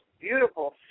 beautiful